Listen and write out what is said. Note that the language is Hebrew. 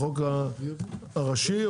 בחוק הראשי?